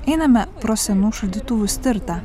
einame pro senų šaldytuvų stirtą